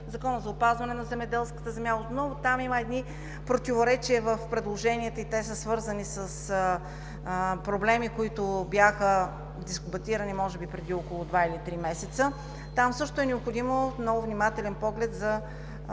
Закона за опазване на земеделската земя отново има едни противоречия в предложенията и те са свързани с проблеми, които бяха дискутирани може би преди два или три месеца. Там също е необходим отново внимателен поглед за